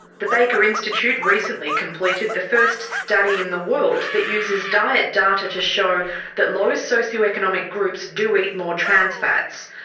the baker institute recently completed the first study in the world that uses diet data to show that low socio-economic groups do eat more trans fats.